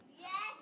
Yes